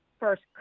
First